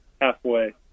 Halfway